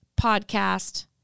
podcast